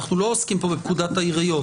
אנחנו לא עוסקים פה בפקודת העיריות.